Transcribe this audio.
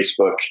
Facebook